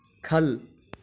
ख'ल्ल